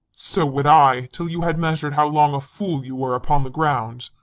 so would i, till you had measur'd how long a fool you were upon the ground.